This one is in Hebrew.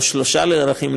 או שלושה ערכים,